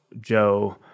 Joe